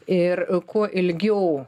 ir kuo ilgiau